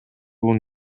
бул